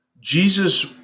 Jesus